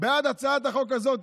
בעד הצעת החוק הזו,